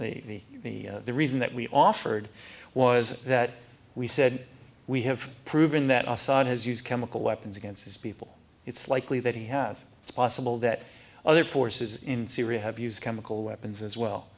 reason the reason that we offered was that we said we have proven that assad has used chemical weapons against his people it's likely that he has it's possible that other forces in syria have used chemical weapons as well